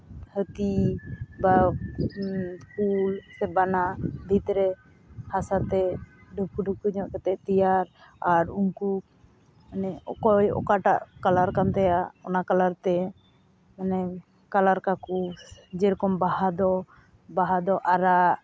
ᱦᱟᱹᱛᱤ ᱵᱟ ᱠᱩᱞ ᱥᱮ ᱵᱟᱱᱟ ᱵᱷᱤᱛᱨᱮ ᱦᱟᱥᱟᱛᱮ ᱰᱩᱢᱯᱷᱩ ᱰᱩᱢᱯᱷᱩ ᱧᱚᱜ ᱠᱟᱛᱮᱫ ᱛᱮᱭᱟᱨ ᱟᱨ ᱩᱝᱠᱩ ᱚᱱᱮ ᱚᱠᱚᱭ ᱚᱠᱟᱴᱟᱜ ᱠᱟᱞᱟᱨ ᱠᱟᱱ ᱛᱟᱭᱟ ᱚᱱᱟ ᱠᱟᱞᱟᱨ ᱛᱮ ᱚᱱᱮ ᱠᱟᱞᱟᱨ ᱠᱟᱠᱚ ᱡᱮᱨᱚᱠᱚᱢ ᱵᱟᱦᱟ ᱫᱚ ᱵᱟᱦᱟ ᱫᱚ ᱟᱨᱟᱜ